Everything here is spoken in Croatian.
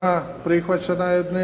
**Bebić, Luka